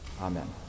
Amen